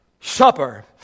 supper